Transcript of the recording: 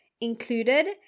included